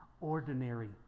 ordinary